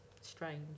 strange